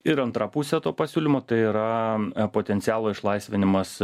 ir antra pusė to pasiūlymo tai yra potencialo išlaisvinimas